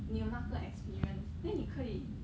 你有那个 experience then 你可以